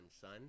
son